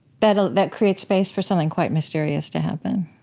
but that creates space for something quite mysterious to happen.